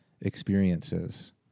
experiences